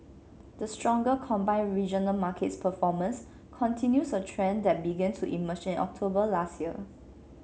the stronger combined regional markets performance continues a trend that began to emerge in October last year